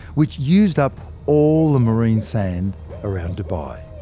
which used up all the marine sand around dubai.